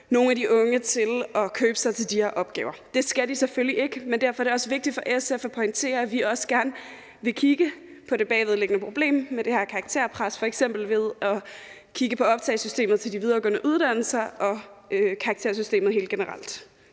nogle af de unge til at købe sig til de her opgaver. Det skal de selvfølgelig ikke, men derfor er det også vigtigt for SF at pointere, at vi også gerne vil kigge på det bagvedliggende problem med det her karakterpres, f.eks. ved at kigge på optagelsessystemet til de videregående uddannelser og karaktersystemet helt generelt.